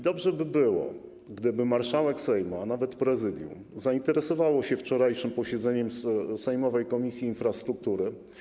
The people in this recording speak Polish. Dobrze by było, gdyby marszałek Sejmu - a nawet prezydium - zainteresował się wczorajszym posiedzeniem sejmowej Komisji Infrastruktury.